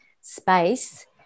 space